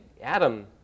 Adam